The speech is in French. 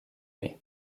mai